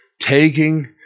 Taking